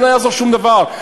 לא יעזור שום דבר.